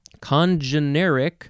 Congeneric